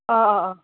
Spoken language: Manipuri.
ꯑꯥ ꯑꯥ ꯑꯥ